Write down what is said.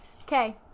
Okay